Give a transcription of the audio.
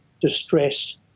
distress